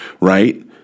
right